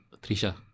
Trisha